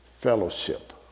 fellowship